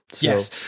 Yes